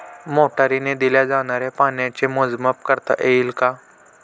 मोटरीने दिल्या जाणाऱ्या पाण्याचे मोजमाप करता येईल का?